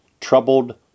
Troubled